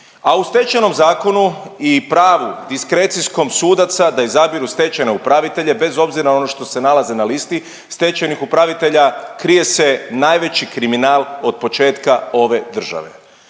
a u Stečajnom zakonu i pravu diskrecijskom sudaca da izabiru stečajne upravitelje bez obzira na ono što se nalazi na listi stečajnih upravitelja krije se najveći kriminal od početka ove države.